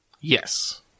Yes